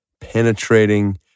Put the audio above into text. penetrating